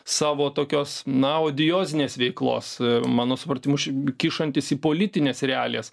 savo tokios na audiozinės veiklos mano supratimu kišantis į politines realijas